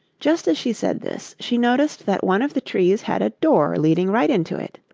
just as she said this, she noticed that one of the trees had a door leading right into it.